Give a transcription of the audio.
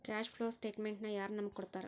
Cash flow ಸ್ಟೆಟಮೆನ್ಟನ ಯಾರ್ ನಮಗ್ ಕೊಡ್ತಾರ?